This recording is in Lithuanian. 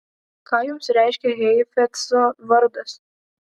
ką jums reiškia heifetzo vardas